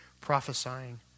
prophesying